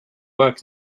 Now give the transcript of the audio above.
work